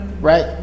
right